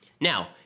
Now